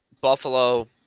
Buffalo